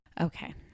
okay